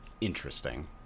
interesting